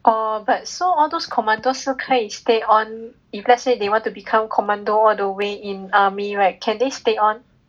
oh but so all those commander 是可以 stay on if let's say they want to become commando all the way in army right can they stay on